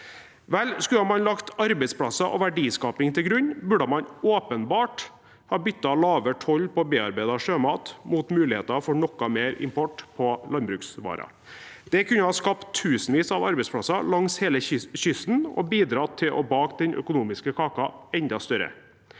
skulle man ha lagt arbeidsplasser og verdiskaping til grunn, burde man åpenbart ha byttet lavere toll på bearbeidet sjømat mot muligheter for noe mer import av landbruksvarer. Det kunne ha skapt tusenvis av arbeidsplasser langs hele kysten og bidratt til å bake den økonomiske kaken enda større.